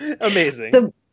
amazing